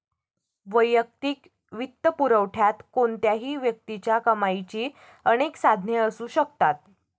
वैयक्तिक वित्तपुरवठ्यात कोणत्याही व्यक्तीच्या कमाईची अनेक साधने असू शकतात